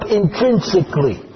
intrinsically